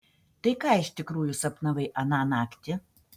tai ką iš tikrųjų sapnavai aną naktį